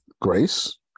Grace